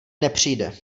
nepřijde